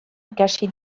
ikasi